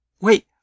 Wait